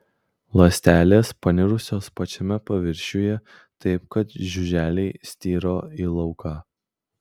ląstelės panirusios pačiame paviršiuje taip kad žiuželiai styro į lauką